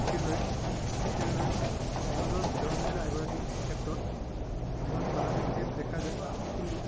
একেদৰে ঠিক তেনেদৰে সমাজত বিধৱা মহিলা এগৰাকীৰ ক্ষেত্ৰত যিমান বাধা নিষেধ দেখা যায় কিন্তু